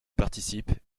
participe